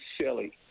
silly